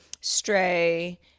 stray